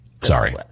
Sorry